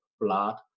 blood